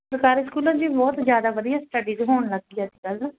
ਸਰਕਾਰੀ ਸਕੂਲਾਂ 'ਚ ਵੀ ਬਹੁਤ ਜ਼ਿਆਦਾ ਵਧੀਆ ਸਟਡੀਜ਼ ਹੋਣ ਲੱਗ ਗਈ ਅੱਜ ਕੱਲ੍ਹ